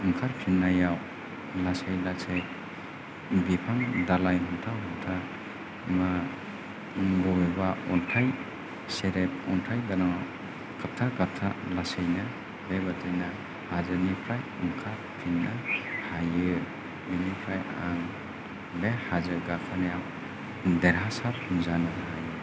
ओंखारफिननायाव लासै लासै बिफां दालाइ हमथा हमथा मा बबेबा अन्थाइ गेदेद अन्थाइ गोनाङाव गाबथा गाबथा लासैनो बेबादियैनो हाजोनिफ्राय ओंखारफिननो हायो बिनिफ्राय आं बे हाजो गाखोनायाव देरहासार जानो हायो